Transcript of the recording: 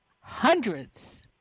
hundreds